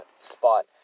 spot